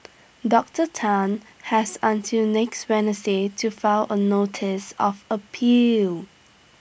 Doctor Tan has until next Wednesday to file A notice of appeal